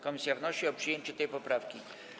Komisja wnosi o przyjęcie tej poprawki.